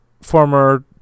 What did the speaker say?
former